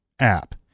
app